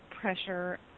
pressure